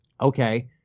okay